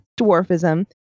dwarfism